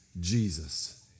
Jesus